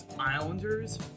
Islanders